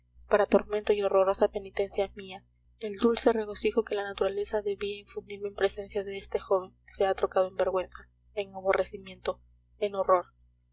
para tormento y horrorosa penitencia mía el dulce regocijo que la naturaleza debía infundirme en presencia de este joven se ha trocado en vergüenza en aborrecimiento en horror